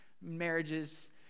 marriage's